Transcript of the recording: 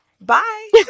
bye